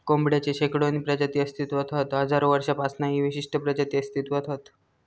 कोंबडेची शेकडोनी प्रजाती अस्तित्त्वात हत हजारो वर्षांपासना ही विशिष्ट प्रजाती अस्तित्त्वात हत